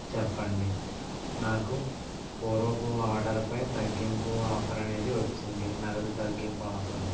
చెప్పండి నాకు పూర్వపు ఆర్డర్ పై తగ్గింపు ఆఫర్ అనేది వచ్చింది నగదు తగ్గింపు ఆఫరు